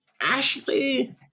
Ashley